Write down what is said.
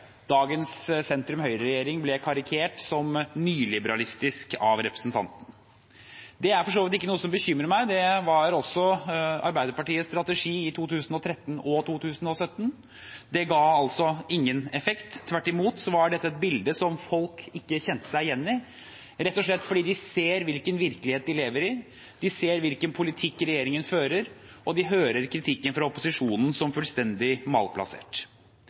dagens sentrum–høyre-regjering ble karikert som nyliberalistisk av representanten. Det er for så vidt ikke noe som bekymrer meg – det var også Arbeiderpartiets strategi i 2013 og 2017. Det ga ingen effekt. Tvert imot var dette et bilde som folk ikke kjente seg igjen i – rett og slett fordi de ser hvilken virkelighet de lever i, de ser hvilken politikk regjeringen fører, og de hører kritikken fra opposisjonen som fullstendig malplassert.